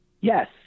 Yes